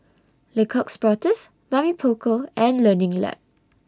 Le Coq Sportif Mamy Poko and Learning Lab